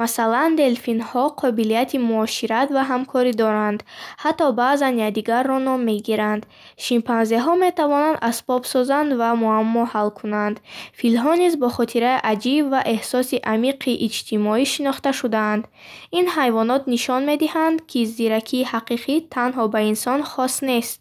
Масалан, делфинҳо қобилияти муошират ва ҳамкорӣ доранд, ҳатто баъзан якдигарро ном мегиранд. Шимпанзеҳо метавонанд асбоб созанд ва муаммо ҳал кунанд. Филҳо низ бо хотираи аҷиб ва эҳсоси амиқи иҷтимоӣ шинохта шудаанд. Ин ҳайвонот нишон медиҳанд, ки зиракии ҳақиқӣ танҳо ба инсон хос нест.